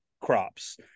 crops